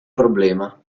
problema